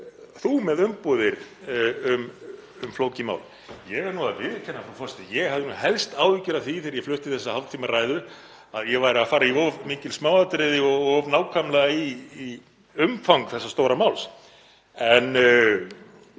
ert með umbúðir um flókið mál. Ég verð að viðurkenna, frú forseti, að ég hafði nú helst áhyggjur af því, þegar ég flutti þessa hálftímaræðu, að ég væri að fara í of mikil smáatriði og of nákvæmlega í umfang þessa stóra máls.